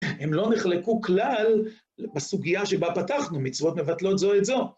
הם לא נחלקו כלל בסוגיה שבה פתחנו, מצוות מבטלות זו את זו.